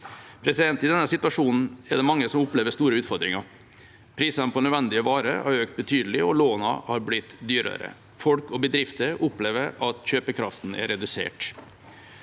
renter. I denne situasjonen er det mange som opplever store utfordringer. Prisene på nødvendige varer har økt betydelig, og lånene har blitt dyrere. Folk og bedrifter opplever at kjøpekraften er redusert.